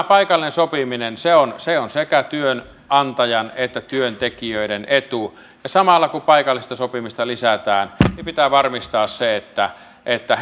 paikallinen sopiminen on sekä työnantajan että työntekijöiden etu samalla kun paikallista sopimista lisätään niin pitää varmistaa se että että